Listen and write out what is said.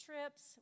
trips